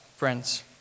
Friends